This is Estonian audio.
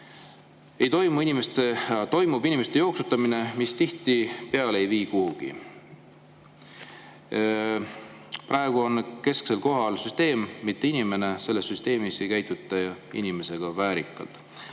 toodud asjaolud. Toimub inimeste jooksutamine, mis tihtipeale ei vii kuhugi. Praegu on kesksel kohal süsteem, mitte inimene, selles süsteemis ei käituta inimesega väärikalt.